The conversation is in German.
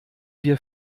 wir